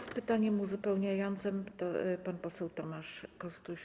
Z pytaniem uzupełniającym pan poseł Tomasz Kostuś.